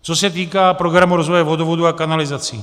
Co se týká programu rozvoje vodovodů a kanalizací.